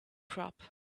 crop